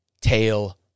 tail